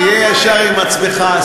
תהיה ישר עם עצמך,